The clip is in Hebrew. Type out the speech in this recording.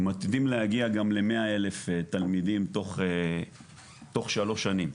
מתווים להגיע גם ל-100 אלף תלמידים תוך שלוש שנים.